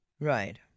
Right